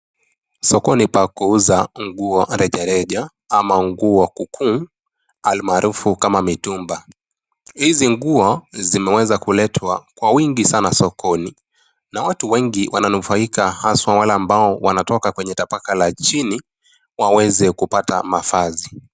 Sokoni pa kuuza nguo rejareja ama nguo kuukuu almaarufu kama mitumba. Hizi nguo zimeweza kuletwa kwa wingi sana sokoni na watu wengi wananufaika haswa wale ambao wanatoka kutoka kwenye tabaka la chini, waweze kupata mavazi.